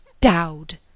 d'owd